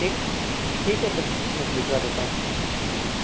ठीक ठीक है सर मैं भिजवा देता हूँ ठीक